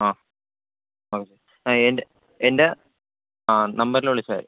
ആ എന്റെ എന്റെ ആ നമ്പരില് വിളിച്ചാല് മതി